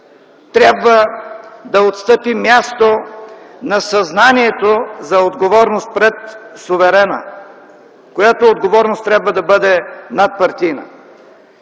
трябва да отстъпи място на съзнанието за отговорност пред суверена, която отговорност трябва да бъде надпартийна.